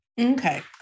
Okay